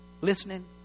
listening